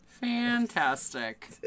Fantastic